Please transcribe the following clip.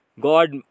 God